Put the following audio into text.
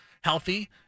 healthy